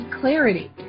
clarity